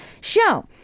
show